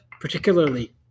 particularly